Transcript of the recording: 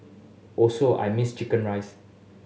also I missed chicken rice